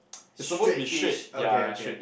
straight-ish okay okay